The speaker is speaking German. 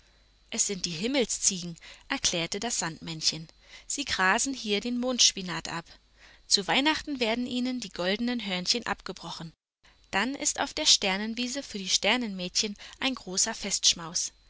es sind die himmelsziegen erklärte das sandmännchen sie grasen hier den mondspinat ab zu weihnachten werden ihnen die goldenen hörnchen abgebrochen dann ist auf der sternenwiese für die sternenmädchen ein großer festschmaus